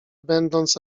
będąc